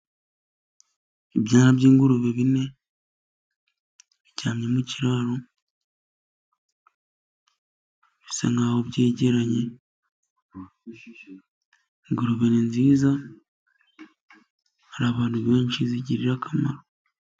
Ibyana by'ingurube bine biryamye mu kiraro bisa nk'aho byegeranye, ingurube ni nziza, hari abantu benshi zigirira akamaro.